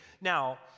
Now